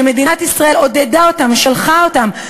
שמדינת ישראל עודדה אותם ושלחה אותם,